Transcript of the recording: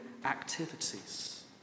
Activities